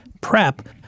prep